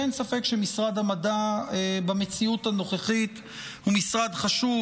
אין ספק שבמציאות הנוכחית משרד המדע הוא משרד חשוב.